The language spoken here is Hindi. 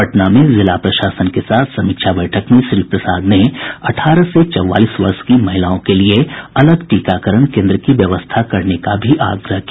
पटना में जिला प्रशासन के साथ समीक्षा बैठक में श्री प्रसाद ने अठारह से चौवालीस वर्ष की महिलाओं के लिए अलग टीकाकरण केन्द्र की व्यवस्था करने का भी आग्रह किया